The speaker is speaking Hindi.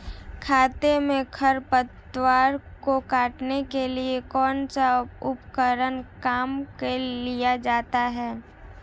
खेत में खरपतवार को काटने के लिए कौनसा उपकरण काम में लिया जाता है?